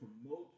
promote